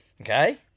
okay